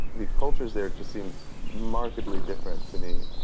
the cultures there just seemed markedly different to me,